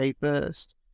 first